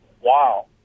wow